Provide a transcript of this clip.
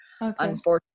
unfortunately